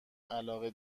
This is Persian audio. علاقه